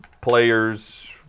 players